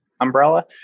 umbrella